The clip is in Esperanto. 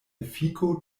efiko